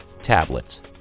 tablets